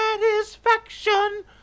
satisfaction